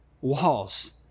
walls